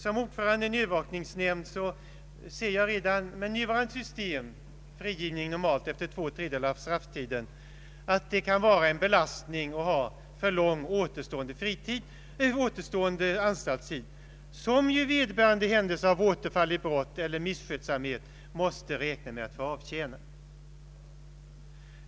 Som ordförande i en övervakningsnämnd har jag sett att redan det nuvarande systemet med frigivning efter två tredjedelar av strafftiden kan vara en belastning i fall med lång återstående anstaltstid. I händelse av återfall till brottslig verksamhet eller misskötsamhet måste den frigivne räkna med att få avtjäna denna återstående tid. Denna risk kan vara ett stort problem.